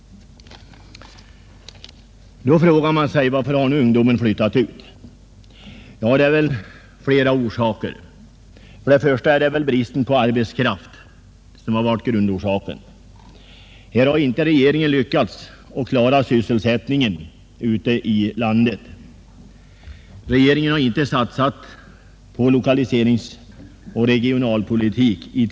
Då kan man ställa frågan: Varför har ungdomen flyttat ut? Ja, anledningarna är väl flera, men grundorsaken har nog varit bristen på arbetstillfällen. Regeringen har inte lyckats klara sysselsättningen ute i landet. Den har inte i tillräcklig omfattning satsat på lokaliseringspolitiken och regionalpolitiken.